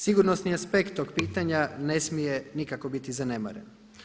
Sigurnosni aspekt tog pitanja ne smije nikako biti zanemaren.